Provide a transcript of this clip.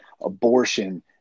abortion